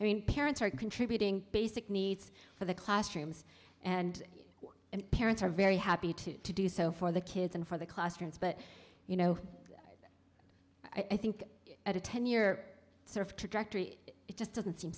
parents are contributing basic needs for the classrooms and parents are very happy to do so for the kids and for the classrooms but you know i think at a ten year sort of trajectory it just doesn't seem